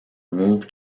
move